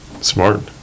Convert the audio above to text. smart